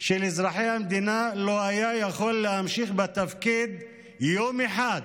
של אזרחי המדינה לא היה יכול להמשיך בתפקיד יום אחד,